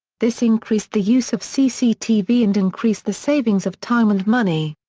this increased the use of cctv and increased the savings of time and money.